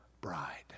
bride